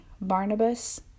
Barnabas